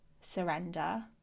surrender